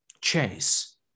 chase